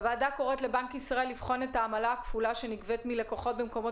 הוועדה קוראת לבנק ישראל לבחון את העמלה הכפולה שנגבית מלקוחות במקומות